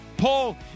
Paul